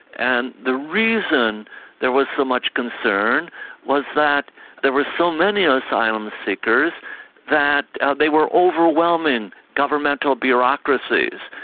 and the reason there was so much concern was that there were so many ah asylum seekers that they were overwhelming governmental bureaucracies,